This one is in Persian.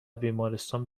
بیمارستان